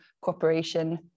cooperation